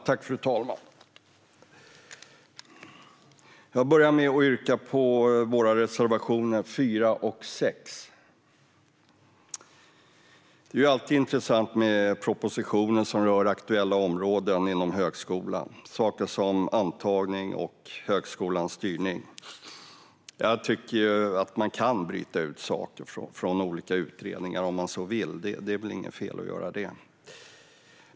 Fru talman! Jag börjar med att yrka bifall till våra reservationer 4 och 6. Det är alltid intressant med propositioner som rör aktuella områden inom högskolan - saker som antagning och högskolans styrning. Jag tycker att man kan bryta ut saker från olika utredningar om man så vill; det är väl inget fel att göra det.